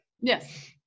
Yes